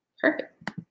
Perfect